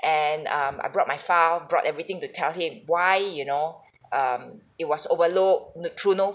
and um I brought my file brought everything to tell him why you know um it was overlooked the truth no